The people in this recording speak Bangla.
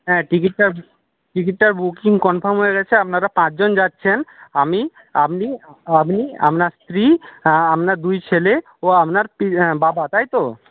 হ্যাঁ টিকিটটা টিকিটটার বুকিং কনফার্ম হয়ে গেছে আপনারা পাঁচজন যাচ্ছেন আমি আপনি আপনি আপনার স্ত্রী আপনার দুই ছেলে ও আপনার বাবা তাই তো